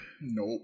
Nope